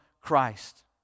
Christ